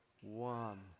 One